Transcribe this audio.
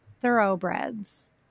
Thoroughbreds